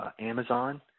Amazon